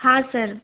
हाँ सर